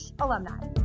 alumni